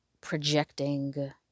projecting